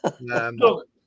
Look